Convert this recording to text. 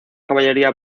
caballería